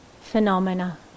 phenomena